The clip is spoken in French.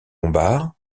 lombard